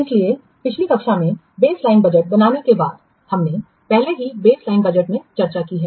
इसलिए पिछली कक्षा में बेसलाइन बजट बनाने के बाद हमने पहले ही बेस लाइन बजट में चर्चा की है